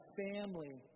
family